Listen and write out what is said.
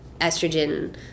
estrogen